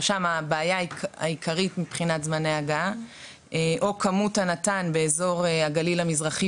שם הבעיה העיקרית היא מבחינת זמני הגעה או כמות הנט"ן באזור הגליל המזרחי